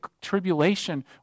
tribulation